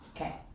Okay